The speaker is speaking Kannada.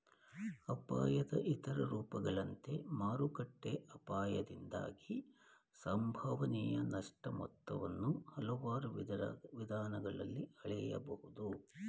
ಅಪಾಯದ ಇತರ ರೂಪಗಳಂತೆ ಮಾರುಕಟ್ಟೆ ಅಪಾಯದಿಂದಾಗಿ ಸಂಭವನೀಯ ನಷ್ಟ ಮೊತ್ತವನ್ನ ಹಲವಾರು ವಿಧಾನಗಳಲ್ಲಿ ಹಳೆಯಬಹುದು